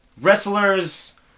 wrestlers